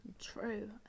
True